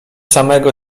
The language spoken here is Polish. samego